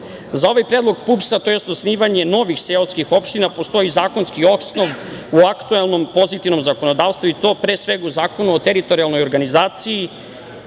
ovaj predlog PUPS-a tj. osnivanje novih seoskih opština postoji zakonski osnov u aktuelnom pozitivnom zakonodavstvu i to pre svega u Zakonu o teritorijalnoj organizaciji